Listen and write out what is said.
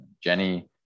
Jenny